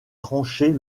tranchées